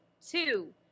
two